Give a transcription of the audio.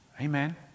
Amen